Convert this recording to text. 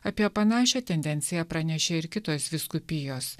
apie panašią tendenciją pranešė ir kitos vyskupijos